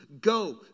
go